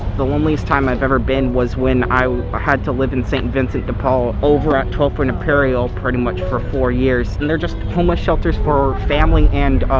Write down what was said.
the loneliest time i've ever been was when i had to live in saint vincent de paul over at twelfth and imperial, pretty much for four years. and they're just homeless shelters for family and